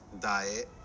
diet